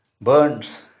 burns